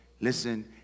listen